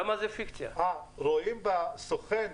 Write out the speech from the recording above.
רואים בסוכן,